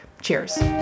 Cheers